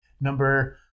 number